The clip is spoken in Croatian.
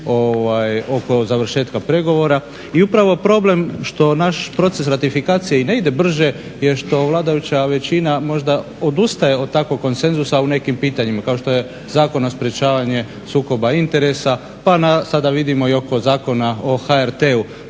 oko završetka pregovora. I upravo problem što naš proces ratifikacije i ne ide brže je što vladajuća većina možda odustaje od takvog konsenzusa u nekim pitanjima, kao što je Zakon o sprečavanju sukoba interesa pa sada vidimo i oko zakona o HRT-u.